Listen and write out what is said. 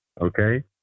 Okay